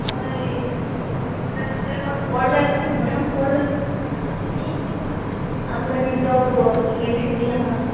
होय बोरे मार्क्स पोडल्यार बोरें न्ही आमकां न्ही जॉब ऑपोर्चुनिटी हू आहा